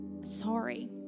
sorry